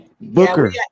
Booker